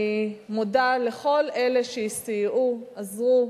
אני מודה לכל אלה שסייעו, עזרו,